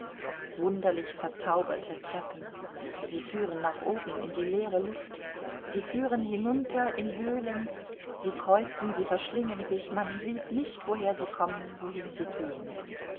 wunderlich verzauberte treppen sie führen nach oben in die leere luft sie führen hinunter in höhlen sie kreuzen sie verschlingen sich man sieht nicht woher sie kommen wohin sie gehen